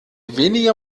weniger